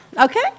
Okay